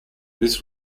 this